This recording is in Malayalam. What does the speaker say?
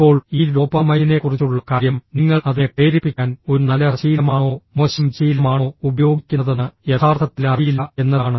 ഇപ്പോൾ ഈ ഡോപാമൈനിനെക്കുറിച്ചുള്ള കാര്യം നിങ്ങൾ അതിനെ പ്രേരിപ്പിക്കാൻ ഒരു നല്ല ശീലമാണോ മോശം ശീലമാണോ ഉപയോഗിക്കുന്നതെന്ന് യഥാർത്ഥത്തിൽ അറിയില്ല എന്നതാണ്